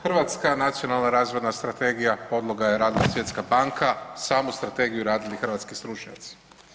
Hrvatska nacionalna razvojna strategija podlogu je radila Svjetska banka, samu strategiju su radili hrvatski stručnjaci.